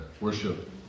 worship